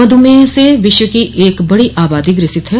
मधुमेह से विश्व की एक बड़ी आबादी ग्रसित है